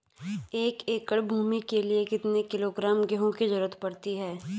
एक एकड़ भूमि के लिए कितने किलोग्राम गेहूँ की जरूरत पड़ती है?